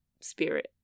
spirit